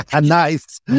Nice